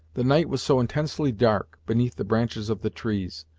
the night was so intensely dark, beneath the branches of the trees,